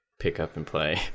pick-up-and-play